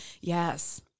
Yes